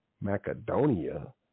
Macedonia